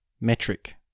metric